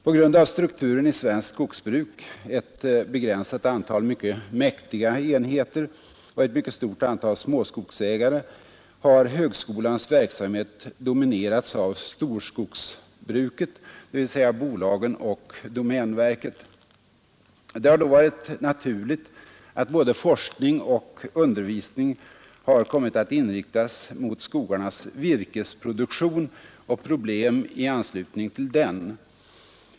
På grund av strukturen i svenskt skogsbruk — ett begränsat antal mycket mäktiga enheter och ett mycket stort antal småskogsägare — har högskolans verksamhet dominerats av storskogsbruket, dvs. bolagen och domänverket. Det har då varit naturligt att både forskning och undervisning har kommit att inriktas mot skogarnas virkesproduktion och problem i anslutning till denna.